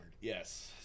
Yes